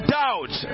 doubt